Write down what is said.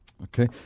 Okay